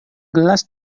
gelas